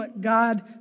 God